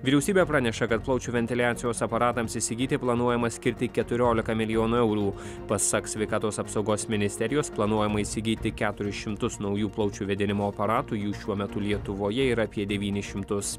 vyriausybė praneša kad plaučių ventiliacijos aparatams įsigyti planuojama skirti keturiolika milijonų eurų pasak sveikatos apsaugos ministerijos planuojama įsigyti keturis šimtus naujų plaučių vėdinimo aparatų jų šiuo metu lietuvoje yra apie devynis šimtus